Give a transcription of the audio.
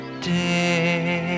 day